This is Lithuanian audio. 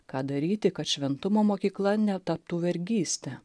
ką daryti kad šventumo mokykla netaptų vergyste